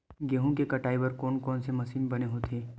गेहूं के कटाई बर कोन कोन से मशीन बने होथे?